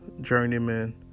journeyman